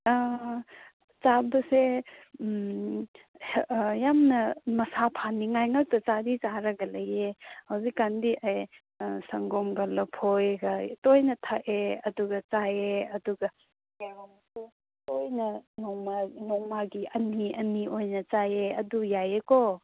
ꯆꯥꯕꯁꯦ ꯌꯥꯝꯅ ꯃꯁꯥ ꯐꯅꯤꯡꯉꯥꯏ ꯉꯥꯛꯇ ꯆꯥꯗꯤ ꯆꯥꯔꯒ ꯂꯩꯌꯦ ꯍꯧꯖꯤꯛꯀꯥꯟꯗꯤ ꯁꯪꯒꯣꯝꯒ ꯂꯐꯣꯏꯒ ꯇꯣꯏꯅ ꯊꯥꯛꯑꯦ ꯑꯗꯨꯒ ꯆꯥꯏꯌꯦ ꯑꯗꯨꯒ ꯅꯣꯡꯃ ꯅꯣꯡꯃꯒꯤ ꯑꯅꯤ ꯑꯅꯤ ꯑꯣꯏꯅ ꯆꯥꯏꯌꯦ ꯑꯗꯨ ꯌꯥꯏꯌꯦꯀꯣ